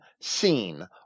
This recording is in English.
seen